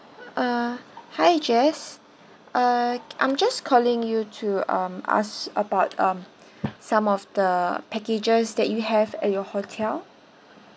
uh hi jess uh I'm just calling you to um ask about um some of the packages that you have at your hotel